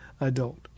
adult